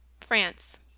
France